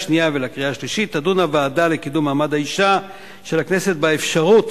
השלישית תדון הוועדה לקידום מעמד האשה של הכנסת באפשרות